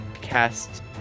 cast